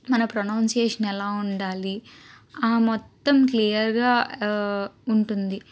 మన ప్రొనౌన్సియేషన్ ఎలా ఉండాలి మొత్తం క్లియర్గా ఉంటుంది